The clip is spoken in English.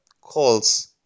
calls